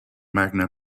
magna